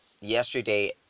yesterday